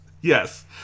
Yes